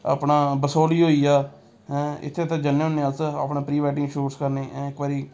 अपना बसोह्ली होई गेआ इत्थै ते जन्ने होन्ने अस अपने प्री वैडिंग शूट करने गी इक बारी